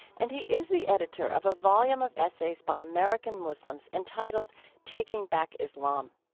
and he is the editor of a volume of essays by american muslims entitled taking back islam.